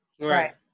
Right